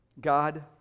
God